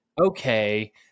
okay